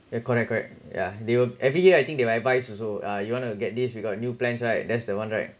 yeah correct correct yeah they will every year I think they will advise also uh you want to get this we've got new plans right that's the one right